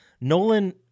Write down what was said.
Nolan